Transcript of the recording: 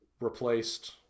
replaced